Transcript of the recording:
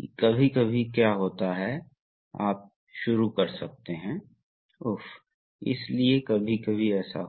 तो यहाँ सर्किट है इसलिए यहाँ क्या हो रहा है बहुत सरल है फिर से पंप से शुरू